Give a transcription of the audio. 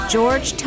George